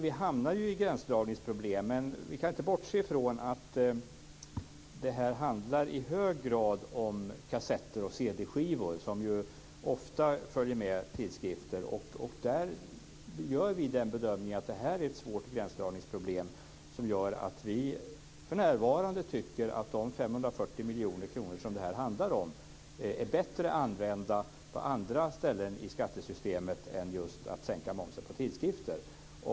Vi hamnar i gränsdragningsproblem, men vi kan inte bortse från att det här handlar i hög grad om kassetter och cd-skivor som ju ofta följer med tidskrifter. Där gör vi bedömningen att det är ett svårt gränsdragningsproblem. Vi tycker för närvarande att de 540 miljoner kronorna används bättre på andra ställen i skattesystemet än just för att sänka momsen på tidskrifter.